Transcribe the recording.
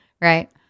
right